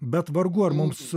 bet vargu ar mums